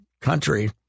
country